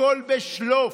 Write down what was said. הכול בשלוף.